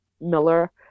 Miller